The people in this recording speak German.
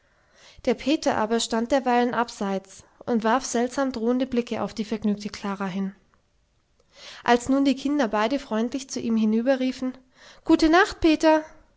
der peter aber stand derweilen abseits und warf seltsam drohende blicke auf die vergnügte klara hin als nun die kinder beide freundlich zu ihm hinüberriefen gute nacht peter